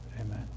Amen